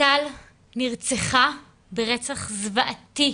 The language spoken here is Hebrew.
ליטל נרצחה ברצח זוועתי,